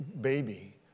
baby